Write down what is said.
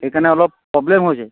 সেইকাৰণে অলপ প্ৰব্লেম হৈছে